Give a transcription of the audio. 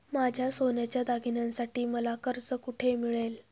माझ्या सोन्याच्या दागिन्यांसाठी मला कर्ज कुठे मिळेल?